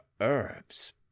herbs